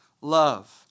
love